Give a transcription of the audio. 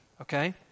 Okay